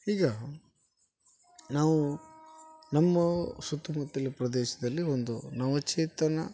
ಈಗ ನಾವು ನಮ್ಮ ಸುತ್ತಮುತ್ತಲ ಪ್ರದೇಶದಲ್ಲಿ ಒಂದು ನವಚೇತನ